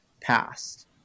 past